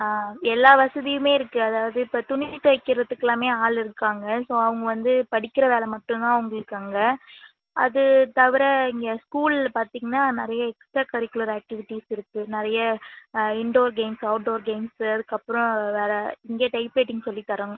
ஆ எல்லா வசதியுமே இருக்கு அதாவது இப்போ துணி துவைக்கிறதுக்குலாமே ஆள் இருக்காங்க ஸோ அவங்க வந்து படிக்கிற வேலை மட்டும் தான் அவங்களுக்கு அங்கே அது தவிற இங்கே ஸ்கூல் பார்த்திங்னா நிறைய எக்ஸ்ட்ரா கரிக்குலர் ஆக்டிவிட்டிஸ் இருக்கு நிறைய இன்டோர் கேம்ஸ் அவுட்டோர் கேம்ஸ்ஸு அதுக்கப்புறம் வேறு இங்கே டைப் ரைட்டிங் சொல்லி தரோம்